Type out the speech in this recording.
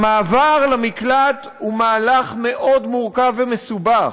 המעבר למקלט הוא מהלך מאוד מורכב ומסובך,